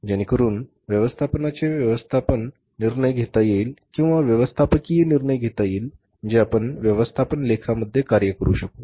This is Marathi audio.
जेणेकरून व्यवस्थापनाचे व्यवस्थापन निर्णय घेता येईल किंवा व्यवस्थापकीय निर्णय घेता येईल जे आपण व्यवस्थापन लेखामध्ये कार्य करू शकू